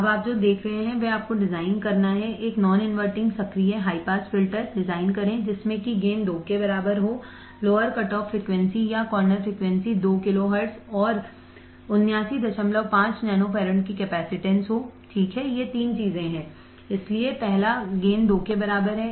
अब आप जो देख रहे हैं वह आपको डिजाइन करना है एक नॉन इनवर्टिंग सक्रिय हाई पास फिल्टर डिजाइन करें जिसमें कि गेन 2 के बराबर हो लोअर कटऑफ़ फ़्रीक्वेंसी या कॉर्नर फ़्रीक्वेंसी 2 किलोहर्ट्ज़ और 795 नैनो फैरड की कैपेसिटेंस हो ठीक है ये 3 चीज़ें हैं इसलिए पहला गेन 2 के बराबर है